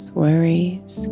worries